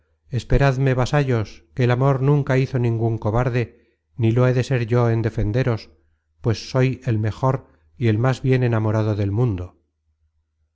que ya vuelvo esperadme vasallos que el amor nunca hizo ningun cobarde ni lo he de ser yo en defenderos pues soy el mejor y el más bien enamorado del mundo